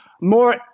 more